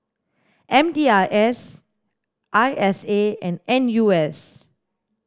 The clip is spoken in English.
M D I S I S A and N U S